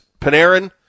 Panarin